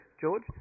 George